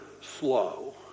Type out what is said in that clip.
slow